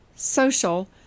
social